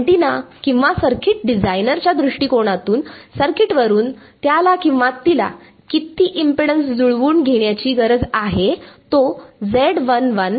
antenna किंवा circuit डिझायनरच्या दृष्टिकोनातून सर्किटवरुन त्याला किंवा तिला किती इम्पेडन्स जुळवून घेण्याची गरज आहे तो आहे किंवा काय आहे